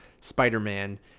spider-man